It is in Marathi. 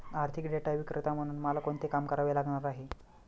आर्थिक डेटा विक्रेता म्हणून मला कोणते काम करावे लागणार आहे?